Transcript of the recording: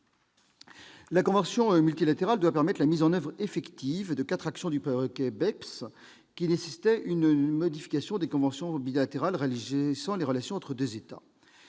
La convention multilatérale doit permettre la mise en oeuvre effective de quatre actions du « paquet BEPS » qui nécessitaient une modification des conventions bilatérales régissant les relations entre deux États.